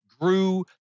grew